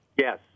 Yes